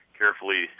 carefully